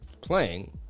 Playing